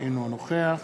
אינו נוכח